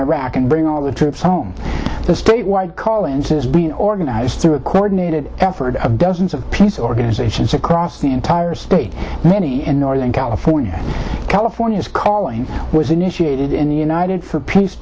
iraq and bring all the troops home the statewide collinses been organized through a coordinated effort of dozens of peace organizations across the entire state many in northern california california is calling was initiated in the united for peace